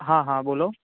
હા હા બોલો